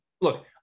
Look